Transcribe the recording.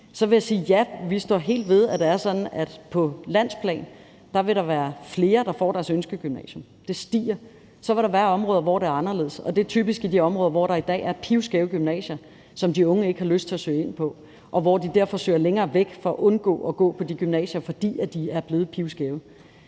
Så vil jeg sige: Ja, vi står helt ved, at det er sådan, at på landsplan vil der være flere, der får deres ønskegymnasium – det antal stiger – og så vil der være områder, hvor det er anderledes, og det er typisk i de områder, hvor der i dag er pivskæve gymnasier, som de unge ikke har lyst til at søge ind på, hvorfor de søger længere væk for at undgå at gå på de gymnasier, altså fordi de er blevet pivskæve.